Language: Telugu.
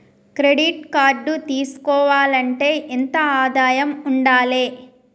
క్రెడిట్ కార్డు తీసుకోవాలంటే ఎంత ఆదాయం ఉండాలే?